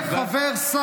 יהיה חבר בקבינט הקורונה.